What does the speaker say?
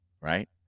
right